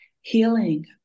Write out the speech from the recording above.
Healing